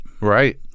Right